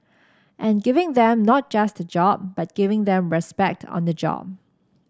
and giving them not just a job but giving them respect on the job